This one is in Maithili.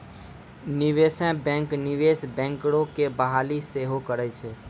निवेशे बैंक, निवेश बैंकरो के बहाली सेहो करै छै